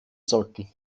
sollten